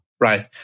right